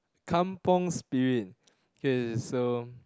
kampung-spirit k so